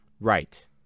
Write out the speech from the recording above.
Right